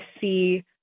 see